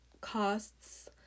costs